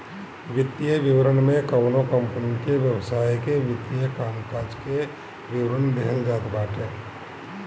वित्तीय विवरण में कवनो कंपनी के व्यवसाय के वित्तीय कामकाज के विवरण देहल जात बाटे